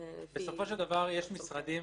בסופו של דבר יש משרדים